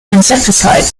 insecticides